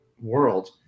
world